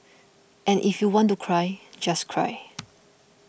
and if you want to cry just cry